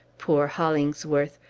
poor hollingsworth!